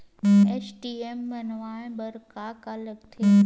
ATM बनवाय बर का का लगथे?